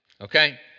Okay